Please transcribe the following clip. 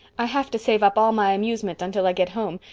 i have to save up all my amusement until i get home,